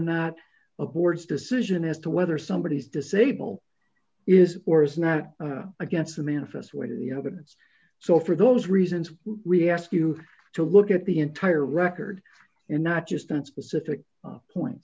not a board's decision as to whether somebody is disabled is or is not against the manifest weight of the evidence so for those reasons we ask you to look at the entire record and not just on specific point